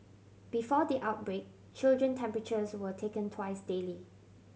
before the outbreak children temperatures were taken twice daily